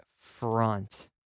front